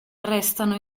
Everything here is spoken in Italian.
restano